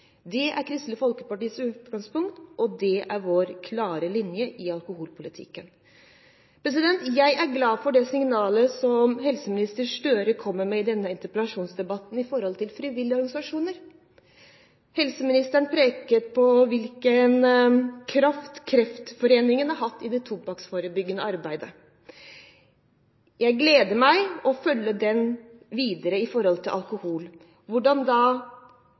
Det er Kristelig Folkepartis utgangspunkt og vår klare linje i alkoholpolitikken. Jeg er glad for det signalet helseminister Gahr Støre kom med i denne interpellasjonsdebatten når det gjelder frivillige organisasjoner. Helseministeren pekte på hvilken kraft Kreftforeningen har hatt i det tobakksforebyggende arbeidet. Jeg gleder meg til å følge dette videre når det gjelder alkohol – hvordan